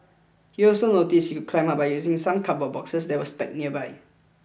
he also noticed he could climb up by using some cardboard boxes that were stacked nearby